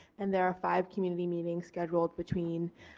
and there are five community meeting scheduled between